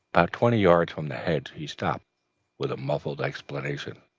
about twenty yards from the hedge, he stopped with a muffled exclamation.